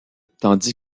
tandis